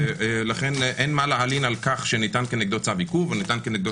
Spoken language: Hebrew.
ולכן אין מה להלין על כל שניתן כנגדו צו עיכוב או ניתן כנגדו